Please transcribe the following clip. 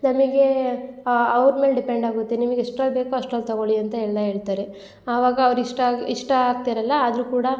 ನಮಗೆ ಅವ್ರ ಮೇಲೆ ಡಿಪೆಂಡ್ ಆಗುತ್ತೆ ನಿಮಗೆ ಎಷ್ಟ್ರಲ್ಲಿ ಬೇಕೋ ಅಷ್ಟ್ರಲ್ಲಿ ತಗೊಳ್ಳಿ ಅಂತ ಎಲ್ಲ ಹೇಳ್ತಾರೆ ಆವಾಗ ಅವ್ರು ಇಷ್ಟ ಆಗ ಇಷ್ಟ ಆಗ್ತಿರಲ್ಲ ಆದರೂ ಕೂಡ